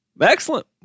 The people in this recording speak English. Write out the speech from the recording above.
Excellent